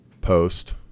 post